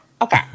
Okay